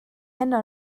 heno